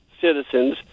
citizens